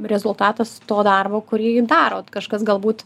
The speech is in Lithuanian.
rezultatas to darbo kurį darot kažkas galbūt